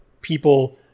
people